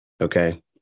okay